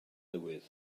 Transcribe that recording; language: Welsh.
newydd